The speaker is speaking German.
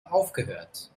aufgehört